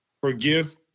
Forgive